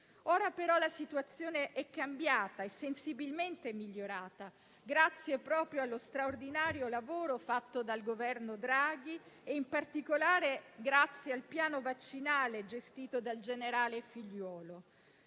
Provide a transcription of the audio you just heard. Ora però la situazione è cambiata e sensibilmente migliorata, grazie proprio allo straordinario lavoro fatto dal Governo Draghi e, in particolare, grazie al piano vaccinale gestito dal generale Figliuolo.